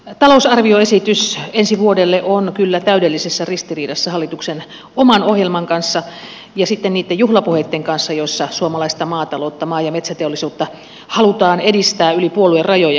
talousarvioesitys ensi vuodelle on kyllä täydellisessä ristiriidassa hallituksen oman ohjelman kanssa ja sitten niitten juhlapuheitten kanssa joissa suomalaista maataloutta maa ja metsätaloutta halutaan edistää yli puoluerajojen